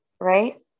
right